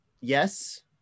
yes